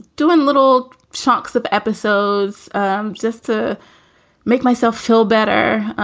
doing little chunks of episodes um just to make myself feel better.